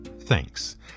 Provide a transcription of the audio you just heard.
thanks